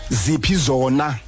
zipizona